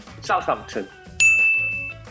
Southampton